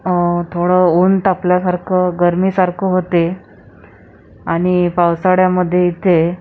थोडं ऊन तापल्यासारखं गर्मीसारखं होते आणि पावसाळ्यामध्ये इथे